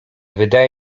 wydaje